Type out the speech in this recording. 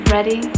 Ready